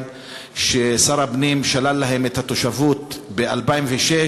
ששר הפנים שלל להם את התושבות ב-2006.